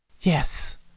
Yes